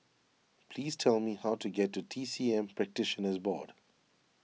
please tell me how to get to T C M Practitioners Board